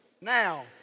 now